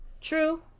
True